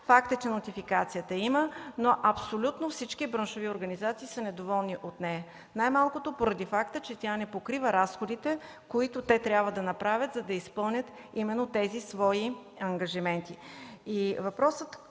Факт е, че нотификацията я има, но абсолютно всички браншови организации са недоволни от нея, най-малкото поради факта, че тя не покрива разходите, които трябва да направят, за да изпълнят тези свои ангажименти. Въпросите,